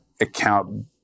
account